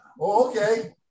okay